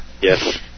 Yes